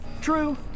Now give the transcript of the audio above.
True